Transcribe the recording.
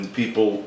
people